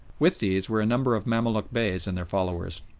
with these were a number of mamaluk beys and their followers,